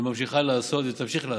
ממשיכה לעשות ותמשיך לעשות,